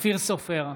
אופיר סופר,